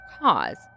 cause